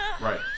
right